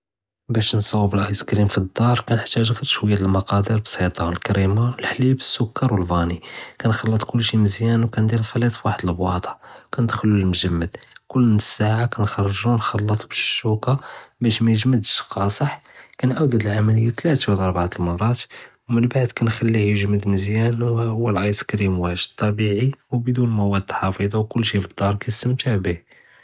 בַּאש נְצַאבּ אל-איסקרִים פַלְדָאר קַנְחְתַאג' גִיר שְׁוַיָה דְלְמְקַדִיר הַבְּסִيطָה, הַקְרִימָה, הַחַלִיב, הַסּוּכָּר וְהַפַאנִי, קַנְחַלַּט כֻּלְשִי מְזְיָאן וְקַנְדִיר הַחְלִيط פוּוחַדּ אֶלְבַטָה וְקַנְדְכֵּל הַמְגַמְד כֻּּל נְס שָעה, קַנְחְרוּג' וְנַחְלַט בַּשּוּקָה בַּאש מַיִגְמַדְש קַאסֵח, קַנְעַאוּד הַדַּעְלִיָה תְּלָאתָה לוּ רְבְעָה דַלְמְרָאת, מִנְבְעְד קַנְחַלִيه יִגְמַד מְזְיָאן וְהַהוּא הַאיסקרִים וָאגֵד טַבִיעִי וּבְדוּן מְוָד חַפִּיְזָה וְכֻּלְשִי פַלְדָאר קַנְסְתַמְתְּע בִּיֶה.